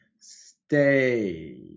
Stay